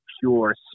pure